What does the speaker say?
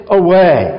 away